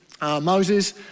Moses